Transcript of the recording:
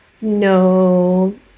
no